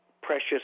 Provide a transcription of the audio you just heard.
precious